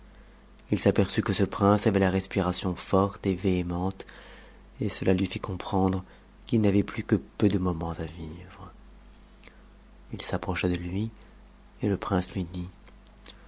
f s'aperçut que ce prince avait la respiration forte et vëhëmente et cela lui fit comprendre qu'il n'avait plus que peu de moments t vivre il s'approcha de lui et le prince lui dit